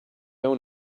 own